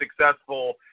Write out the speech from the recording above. successful